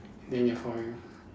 then they found you